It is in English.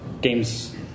games